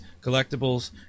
collectibles